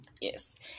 yes